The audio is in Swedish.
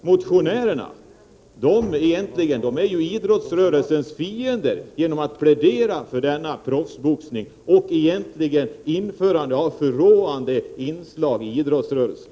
Motionärerna är faktiskt idrottsrörelsens fiender när de pläderar för proffsboxning, för den innebär att man inför förråande inslag i idrottsrörelsen.